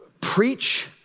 preach